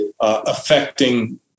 affecting